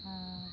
ᱟᱨ